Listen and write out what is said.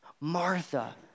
Martha